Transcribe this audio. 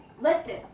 Listen